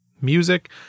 music